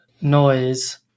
noise